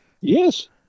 yes